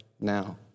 now